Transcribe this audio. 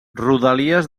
rodalies